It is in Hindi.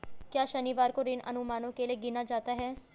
क्या शनिवार को ऋण अनुमानों के लिए गिना जाता है?